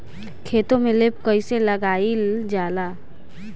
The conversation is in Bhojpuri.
खेतो में लेप कईसे लगाई ल जाला?